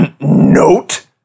note